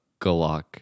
galak